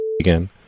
again